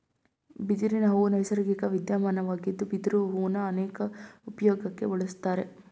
ಬಿದಿರಿನಹೂ ನೈಸರ್ಗಿಕ ವಿದ್ಯಮಾನವಾಗಿದ್ದು ಬಿದಿರು ಹೂನ ಅನೇಕ ಉಪ್ಯೋಗಕ್ಕೆ ಬಳುಸ್ತಾರೆ